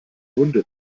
munde